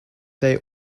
they